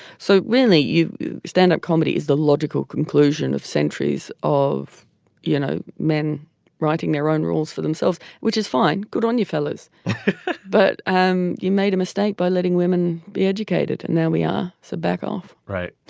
so really you stand up comedy is the logical conclusion of centuries of you know men writing their own rules for themselves which is fine. good on you fellows but um you made a mistake by letting women be educated and now we are so back off right.